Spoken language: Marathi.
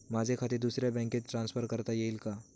माझे खाते दुसऱ्या बँकेत ट्रान्सफर करता येईल का?